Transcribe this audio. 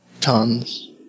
Tons